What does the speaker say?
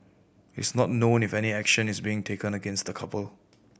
it's not known if any action is being taken against the couple